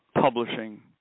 publishing